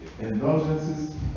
Indulgences